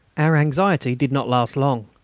our anxiety did not last long.